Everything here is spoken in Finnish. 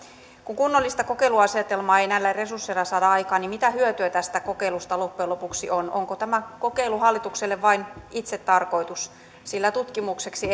kun kunnollista kokeiluasetelmaa ei näillä resursseilla saada aikaan niin mitä hyötyä tästä kokeilusta loppujen lopuksi on onko tämä kokeilu hallitukselle vain itsetarkoitus sillä tutkimukseksi